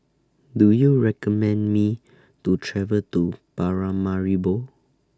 Do YOU recommend Me to travel to Paramaribo